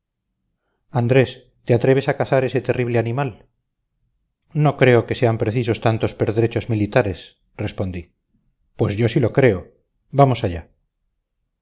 andrés te atreves a cazar ese terrible animal no creo que sean precisos tantos pertrechos militares respondí pues yo sí lo creo vamos allá